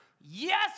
Yes